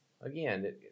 again